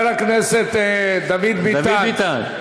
חבר הכנסת דוד ביטן,